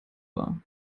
war